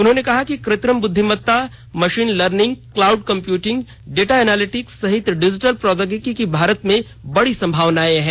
उन्होंने कहा कि कृत्रिम बुद्धिमत्ता machine learning cloud computing data analytics सहित डिजिटल प्रौद्योगिकी की भारत में बड़ी सम्भावनाए है